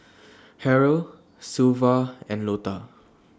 Harrell Sylva and Lota